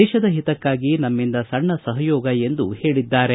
ದೇಶದ ಹಿತಕ್ಕಾಗಿ ನಮ್ಮಿಂದ ಸಣ್ಣ ಸಹಯೋಗ ಎಂದು ಹೇಳಿದ್ದಾರೆ